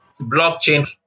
blockchain